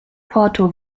porto